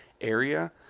area